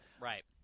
Right